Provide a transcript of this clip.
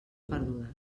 perdudes